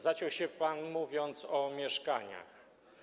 Zaciął się pan, mówiąc o mieszkaniach.